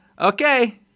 Okay